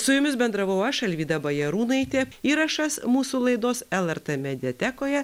su jumis bendravau aš alvyda bajarūnaitė įrašas mūsų laidos lrt mediatekoje